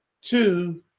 two